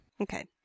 Okay